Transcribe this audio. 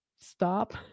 stop